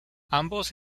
ambos